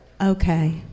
Okay